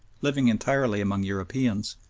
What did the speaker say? living entirely among europeans,